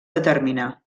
determinar